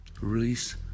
Release